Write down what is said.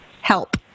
help